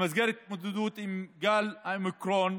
במסגרת ההתמודדות עם גל האומיקרון,